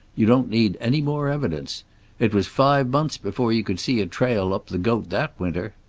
you don't need any more evidence. it was five months before you could see a trail up the goat that winter.